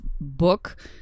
book